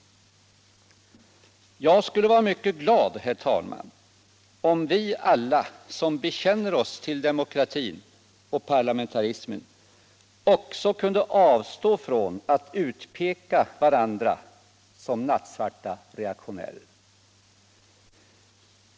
Jag skulle vara mycket glad, herr talman, om vi alla som bekänner oss till demokratin och parlamentarismen också kunde avstå från att utpeka varandra som nattsvarta reaktionärer.